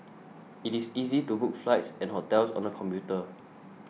it is easy to book flights and hotels on the computer